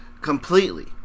completely